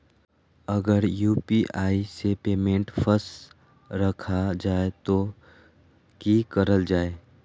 अगर यू.पी.आई से पेमेंट फस रखा जाए तो की करल जाए?